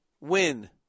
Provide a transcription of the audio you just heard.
win